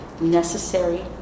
necessary